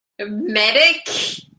medic